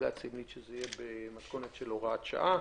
בג"ץ המליץ שזה יהיה במתכונת של הוראת שעה,